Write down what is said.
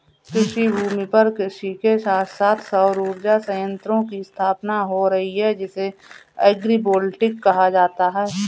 कृषिभूमि पर कृषि के साथ साथ सौर उर्जा संयंत्रों की स्थापना हो रही है जिसे एग्रिवोल्टिक कहा जाता है